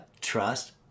trust